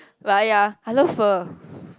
but ya I love pho